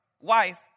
wife